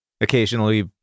occasionally